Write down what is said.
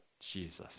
Jesus